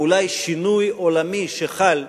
ואולי שינוי עולמי שחל,